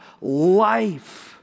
life